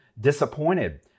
disappointed